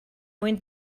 mwyn